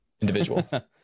individual